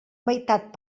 meitat